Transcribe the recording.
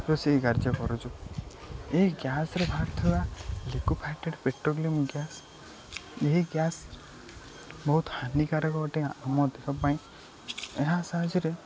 ରୋଷେଇ କାର୍ଯ୍ୟ କରୁଚୁ ଏହି ଗ୍ୟାସ୍ରେ ବାହାରୁଥିବା ଲିକୁଇଫାଇଡ଼୍ ପେଟ୍ରୋଲିୟମ୍ ଗ୍ୟାସ୍ ଏହି ଗ୍ୟାସ୍ ବହୁତ ହାନିକାରକ ଅଟେ ଆମ ଦେହ ପାଇଁ ଏହା ସାହାଯ୍ୟରେ